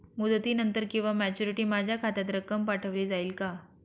मुदतीनंतर किंवा मॅच्युरिटी माझ्या खात्यात रक्कम पाठवली जाईल का?